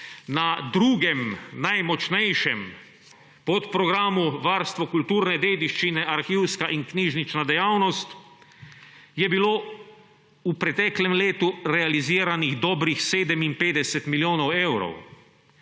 Na drugem najmočnejšem podprogramu Varstvo kulturne dediščine, arhivska in knjižnična dejavnost, je bilo v preteklem letu realiziranih dobrih 57 milijonov evrov,